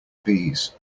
bees